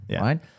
right